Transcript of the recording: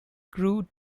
crew